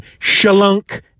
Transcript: shalunk